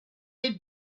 had